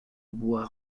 bois